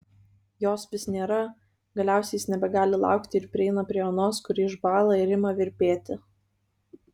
jos vis nėra galiausiai jis nebegali laukti ir prieina prie onos kuri išbąla ir ima virpėti